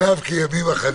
שאינם בית עסק